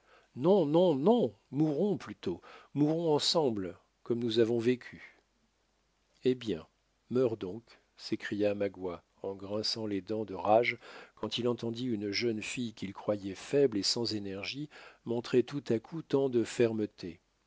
non non non mourons plutôt mourons ensemble comme nous avons vécu eh bien meurs donc s'écria magua en grinçant les dents de rage quand il entendit une jeune fille qu'il croyait faible et sans énergie montrer tout à coup tant de fermeté